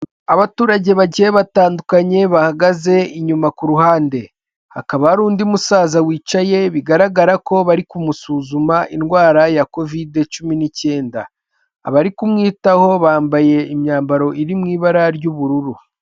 Abaturage bagiye batandukanye bahagaze inyuma ku ruhande, hakaba ari undi musaza wicaye bigaragara ko bari kumusuzuma indwara ya kovide cumi n'icyenda, abari kumwitaho bambaye imyambaro iri mu ibara ry'ubururu.